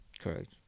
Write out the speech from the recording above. Correct